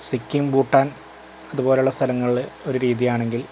സിക്കിം ബൂട്ടാൻ അതുപോലെയുള്ള സ്ഥലങ്ങളിൽ ഒരു രീതിയാണെങ്കിൽ